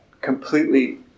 completely